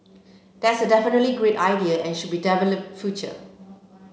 that's definitely a great idea and should be developed future